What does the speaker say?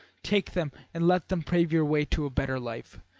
take them and let them pave your way to a better life.